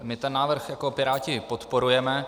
My ten návrh jako Piráti podporujeme.